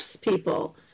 people